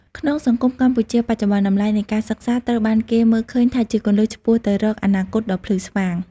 ក្នុងសង្គមកម្ពុជាបច្ចុប្បន្ន តម្លៃនៃការសិក្សាត្រូវបានគេមើលឃើញថាជាគន្លឹះឆ្ពោះទៅរកអនាគតដ៏ភ្លឺស្វាង។